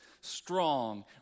strong